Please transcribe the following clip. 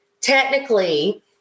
technically